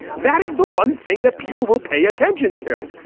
that is the one thing that people will pay attention to.